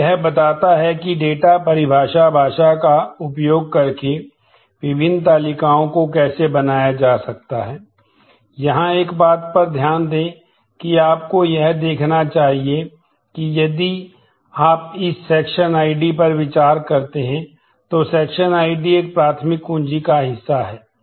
तो यह बताता है कि डेटा परिभाषा भाषा का उपयोग करके विभिन्न तालिकाओं को कैसे बनाया जा सकता है यहां एक बात पर ध्यान दें कि आपको यह देखना चाहिए कि यदि आप इस सेक्शन से क्योंकि वे प्राथमिक कुंजी हैं